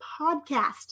podcast